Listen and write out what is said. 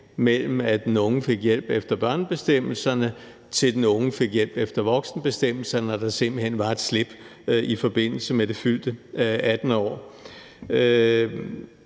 slip, fra den unge fik hjælp efter børnebestemmelserne, til den unge fik hjælp efter voksenbestemmelserne – altså at der simpelt hen kunne være et slip i forbindelse med det fyldte 18. år.